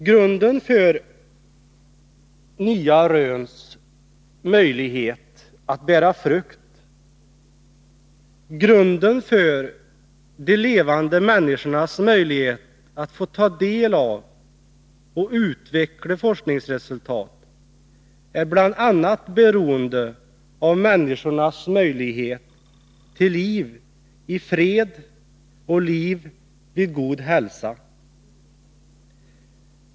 Grunden för nya röns möjlighet att bära frukt, grunden för de levande människornas möjlighet att få ta del av och utveckla forskningsresultat är bl.a. beroende av människornas möjlighet till liv i fred och liv vid god hälsa.